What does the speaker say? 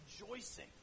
rejoicing